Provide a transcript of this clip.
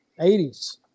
80s